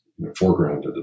foregrounded